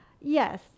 Yes